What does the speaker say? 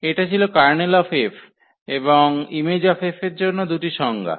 এটা ছিল Ker𝐹 এবং ImF এর জন্য দুটি সংজ্ঞা